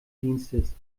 dienstes